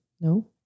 No